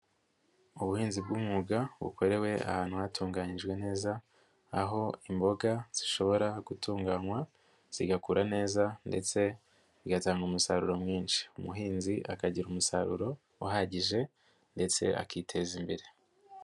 Ubuhinzi bw'umwuga bukorewe ahantu hatunganyijwe neza, aho imboga zishobora gutunganywa zigakura neza ndetse bigatanga umusaruro mwinshi. Umuhinzi akagira umusaruro uhagije ndetse akiteza imbere.